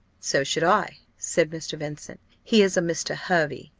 so should i, said mr. vincent he is a mr. hervey.